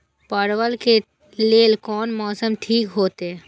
परवल के लेल कोन मौसम ठीक होते?